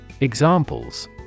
Examples